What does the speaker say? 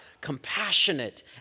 compassionate